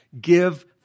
Give